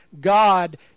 God